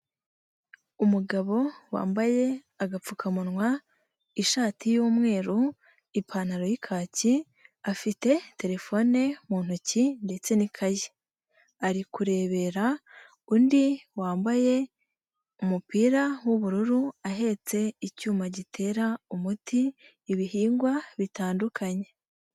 Umugabo wambaye agapfukamunwa, ishati y'umweru, ipantaro y'ikaki afite telefone mu ntoki ndetse n'ikayi, ari kurebera undi wambaye umupira w'ubururu ahetse icyuma gitera umuti ibihingwa bitandukanye.